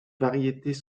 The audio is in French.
variétés